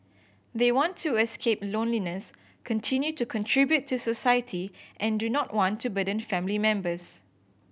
they want to escape loneliness continue to contribute to society and do not want to burden family members